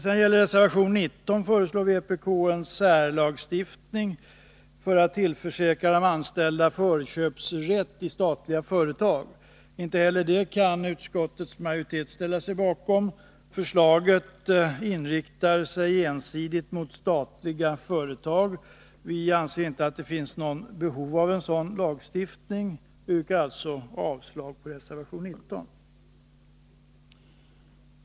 I reservation 19 föreslår vpk en särlagstiftning för att tillförsäkra de anställda förköpsrätt i statliga företag. Inte heller det kan utskottets majoritet ställa sig bakom. Förslaget inriktar sig ensidigt mot statliga företag. Vi anser att det inte finns något behov av en sådan lagstiftning och yrkar alltså avslag på reservation 19.